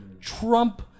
Trump